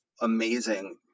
amazing